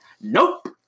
Nope